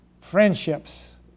friendships